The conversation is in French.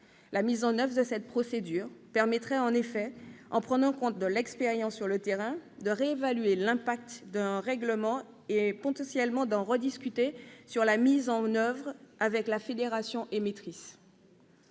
La mise en oeuvre de cette procédure permettrait en effet, en prenant en compte l'expérience du terrain, de réévaluer l'impact d'un règlement et, potentiellement, d'en rediscuter la mise en oeuvre avec la fédération émettrice.